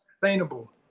sustainable